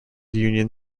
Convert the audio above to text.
union